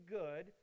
good